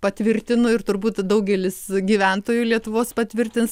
patvirtinu ir turbūt daugelis gyventojų lietuvos patvirtins